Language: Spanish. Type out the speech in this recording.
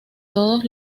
todos